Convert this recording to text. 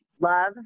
Love